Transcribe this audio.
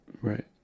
Right